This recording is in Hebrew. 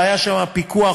הבעיה שם היא פיקוח.